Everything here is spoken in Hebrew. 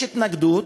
יש התנגדות,